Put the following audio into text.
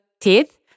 teeth